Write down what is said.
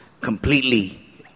completely